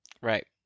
Right